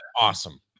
Awesome